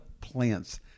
plants